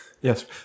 Yes